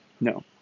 No